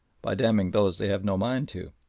by damning those they have no mind to,